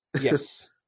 Yes